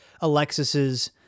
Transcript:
Alexis's